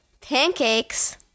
pancakes